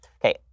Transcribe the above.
Okay